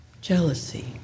jealousy